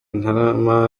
ntarama